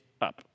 up